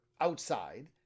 outside